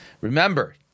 remember